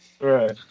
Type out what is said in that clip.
Right